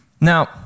Now